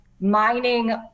mining